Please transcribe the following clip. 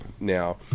now